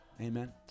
Amen